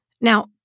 Now